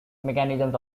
mechanisms